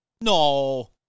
No